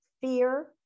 fear